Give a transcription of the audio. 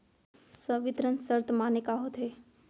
संवितरण शर्त माने का होथे?